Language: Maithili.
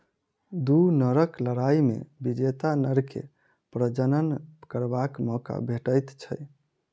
दू नरक लड़ाइ मे विजेता नर के प्रजनन करबाक मौका भेटैत छै